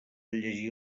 llegir